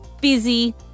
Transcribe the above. busy